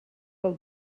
del